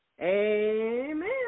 Amen